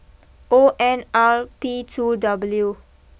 O N R P two W